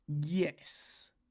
yes